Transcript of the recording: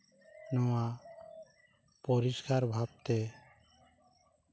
ᱱᱚᱣᱟ ᱯᱚᱨᱤᱥᱠᱟᱨ ᱵᱷᱟᱵᱽᱛᱮ